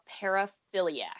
paraphiliac